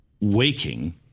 waking